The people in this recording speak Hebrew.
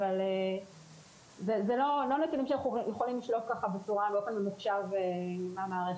אבל זה לא נתונים שאנחנו יכולים לשלוף באופן ממוחשב מהמערכת.